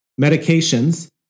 Medications